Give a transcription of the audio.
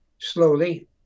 slowly